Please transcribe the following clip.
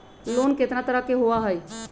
Loan केतना तरह के होअ हई?